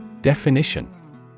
Definition